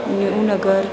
new Nagar